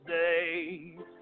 days